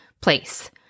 place